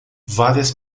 várias